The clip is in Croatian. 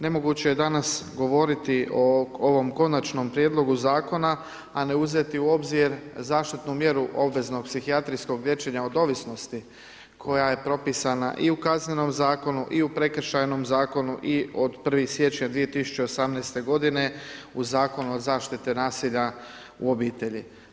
Nemoguće je danas govoriti o ovom Konačnom prijedlogu Zakona, a ne uzeti u obzir zaštitnu mjeru obveznog psihijatrijskog liječenja od ovisnosti koja je propisana i u Kaznenom zakonu i u Prekršajnom zakonu i od 1. siječnja 2018. godine u Zakonu o zaštite nasilja u obitelji.